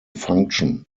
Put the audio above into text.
function